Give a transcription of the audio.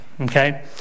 Okay